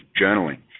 journaling